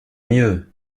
mieux